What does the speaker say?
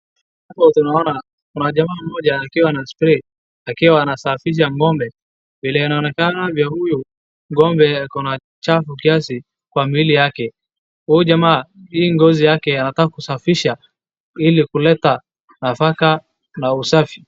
Hapo tunaona kuna jamaa mmoja akiwa ana spray akiwa nasafisha ng'ombe. Vile anaonekana vya huyu ng'ombe ako na chafu kiasi kwa mwili yake. Huyu jamaa hizi ngozi yake anataka klusafisha ili kuleta nafaka na usafi.